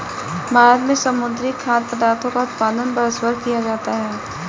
भारत में समुद्री खाद्य पदार्थों का उत्पादन वर्षभर किया जाता है